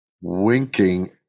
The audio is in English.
winking